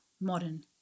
modern